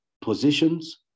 positions